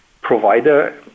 provider